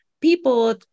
people